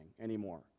anymore